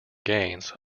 gains